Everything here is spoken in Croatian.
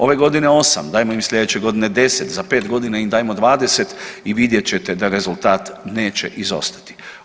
Ove godine 8, dajmo im sljedeće godine 10, za 5 godina im dajmo 20 i vidjet ćete da rezultat neće izostati.